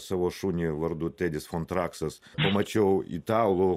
savo šunį vardu tedis kontraksas mačiau italų